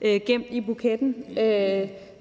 gemt i buketten.